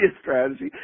strategy